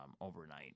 overnight